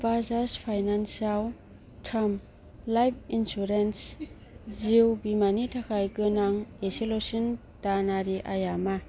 बाजाज फाइनान्सआव term life insurance जिउ बीमानि थाखाय गोनां इसेल'सिन दानारि आइया मा